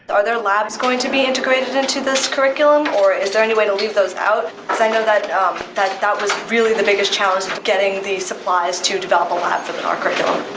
are their labs going to be integrated into this curriculum? or is there any way to leave those out? i know that that was really the biggest challenge, getting the supplies to develop a lab for our curriculum.